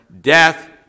death